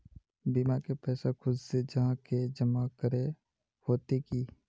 बीमा के पैसा खुद से जाहा के जमा करे होते की?